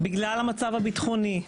בגלל המצב הביטחוני,